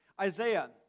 Isaiah